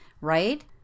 right